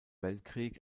weltkrieg